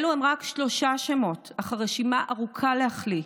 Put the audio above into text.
אלו רק שלושה שמות, אך הרשימה ארוכה להחליא.